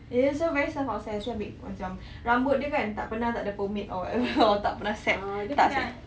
ya so very self-obsessed dia ambil macam rambut dia kan tak pernah tak ada pomade or whatever [tau] tak pernah set tak set